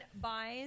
buys